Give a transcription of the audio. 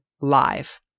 live